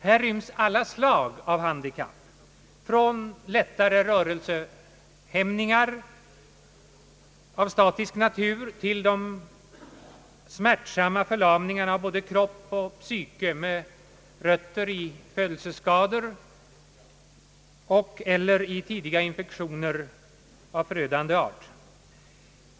Här ryms alla slag av handikapp, från lättare rörelsehämningar av statisk natur till smärtsamma förlamningar av både kropp och psyke med rötter i födelseskador eller i tidiga infektioner av förödande art.